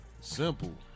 Simple